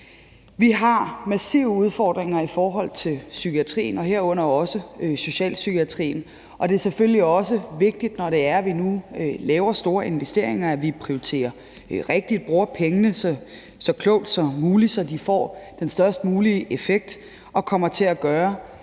Vi har massive udfordringer i forhold til psykiatrien og herunder også socialpsykiatrien, og det er selvfølgelig også vigtigt, når vi nu laver store investeringer, at vi prioriterer rigtigt og bruger pengene så klogt som muligt, så de får den størst mulige effekt og kommer til at gøre den